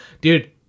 dude